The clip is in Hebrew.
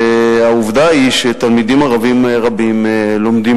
העובדה היא שתלמידים ערבים רבים לומדים